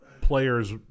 players